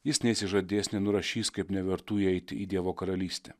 jis neišsižadės nenurašys kaip nevertų įeiti į dievo karalystę